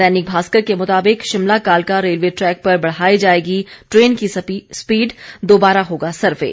दैनिक भास्कर के मुताबिक शिमला कालका रेलवे ट्रैक पर बढ़ाई जाएगी ट्रेन की स्पीड दोबारा होगा सर्वे